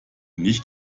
nicht